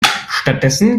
stattdessen